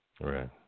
Right